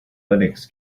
linux